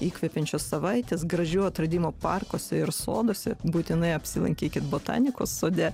įkvepiančios savaitės gražių atradimų parkuose ir soduose būtinai apsilankykit botanikos sode